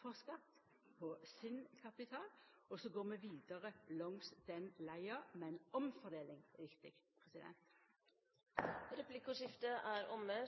for skatt på sin kapital. Så går vi vidare langs den leia. Men omfordeling er viktig. Replikkordskiftet er omme.